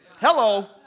Hello